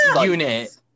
unit